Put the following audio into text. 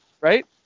right